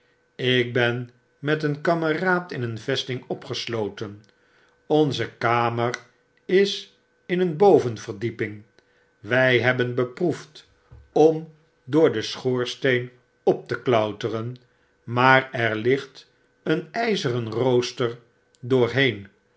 staatsgevangene ikben met een kameraad in een vesting opgesloten onze kamer is in een bovenverdieping wy hebben beproefd om door den schoorsteen op te klauteren maar er ligt een ijzeren rooster doorheen